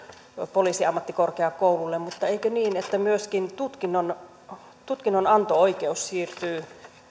poliisiammattikorkeakoululle mutta eikö niin että myöskin tutkinnonanto oikeus siirtyy